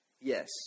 Yes